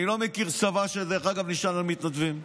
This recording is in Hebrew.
אני לא מכיר צבא שנשען על מתנדבים.